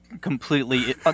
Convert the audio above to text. completely